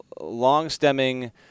long-stemming